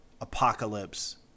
Apocalypse